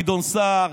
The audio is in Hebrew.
גדעון סער,